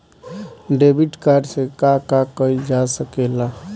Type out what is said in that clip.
Debit card से का का कइल जा सके ला?